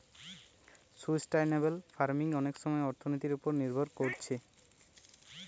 sustainable farming অনেক সময় অর্থনীতির উপর নির্ভর কোরছে